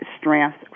strength